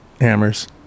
Hammers